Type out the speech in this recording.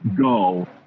go